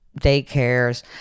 daycares